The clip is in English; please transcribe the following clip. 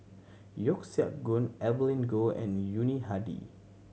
Yeo Siak Goon Evelyn Goh and Yuni Hadi